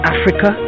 Africa